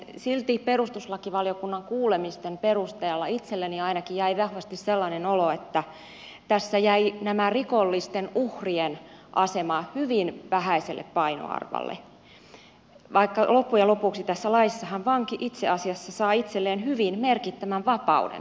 silti perustuslakivaliokunnan kuulemisten perusteella itselleni ainakin jäi vahvasti sellainen olo että tässä jäi tämä rikollisten uhrien asema hyvin vähäiselle painoarvolle vaikka loppujen lopuksihan tässä laissahan vanki itse asiassa saa itselleen hyvin merkittävän vapauden tulevaisuudessa